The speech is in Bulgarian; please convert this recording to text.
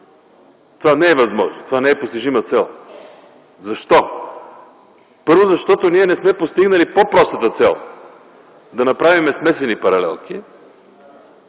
Това не е възможно, не е постижима цел. Защо? Първо, защото не сме постигнали по-простата цел – да направим смесени паралелки